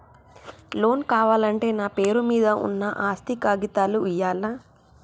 Loan కావాలంటే నా పేరు మీద ఉన్న ఆస్తి కాగితాలు ఇయ్యాలా?